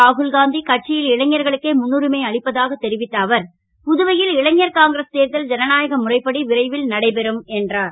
ராகுல்காந் கட்சி ல் இளைஞர்களுக்கே முன்னுரிமை அளிப்பதாக தெரிவித்த அவர் புதுவை ல் இளைஞர் காங்கிரஸ் தேர்தல் ஜனநாயக முறைப்படி விரைவில் நடைபெறும் என்றார்